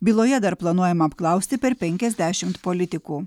byloje dar planuojama apklausti per penkiasdešimt politikų